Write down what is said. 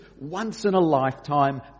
once-in-a-lifetime